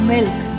Milk